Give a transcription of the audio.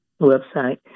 website